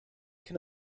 can